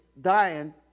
dying